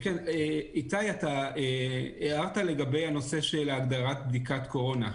איתי, הערת לגבי הנושא של הגדרת בדיקת קורונה.